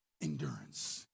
Endurance